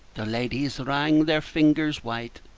the ladies wrang their fingers white,